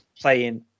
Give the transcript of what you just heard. playing